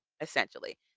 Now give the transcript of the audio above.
essentially